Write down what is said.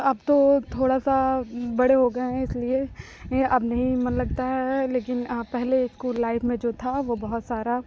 अब तो थोड़ा सा बड़े हो गए हैं इसलिए अब नहीं मन लगता है लेकिन पहले इस्कूल लाइफ में जो था वो बहुत सारा